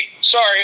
sorry